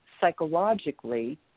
psychologically